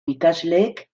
ikasleek